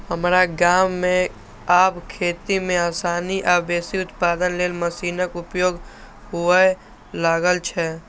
हमरा गाम मे आब खेती मे आसानी आ बेसी उत्पादन लेल मशीनक उपयोग हुअय लागल छै